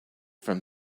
from